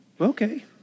Okay